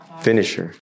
finisher